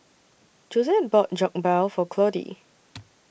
Josette bought Jokbal For Claudie